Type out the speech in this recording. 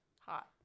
Hot